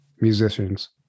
musicians